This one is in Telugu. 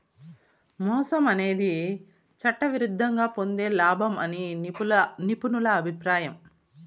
మోసం అనేది చట్టవిరుద్ధంగా పొందే లాభం అని నిపుణుల అభిప్రాయం